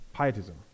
pietism